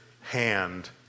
hand